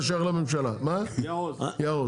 יעוז.